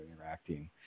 interacting